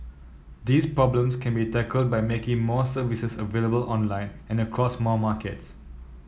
these problems can be tackled by making more services available online and across more markets